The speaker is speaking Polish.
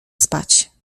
spać